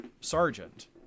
sergeant